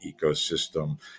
ecosystem